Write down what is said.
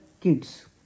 kids